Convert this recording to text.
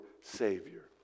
savior